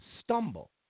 stumble